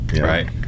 right